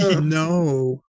No